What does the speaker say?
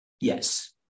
Yes